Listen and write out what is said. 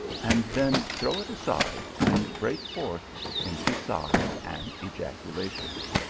and then throw it aside, and break forth into sighs and ejaculations.